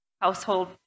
household